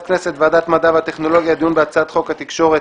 הכנסת ולוועדת המדע והטכנולוגיה לדיון בהצעת חוק התקשורת